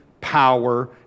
power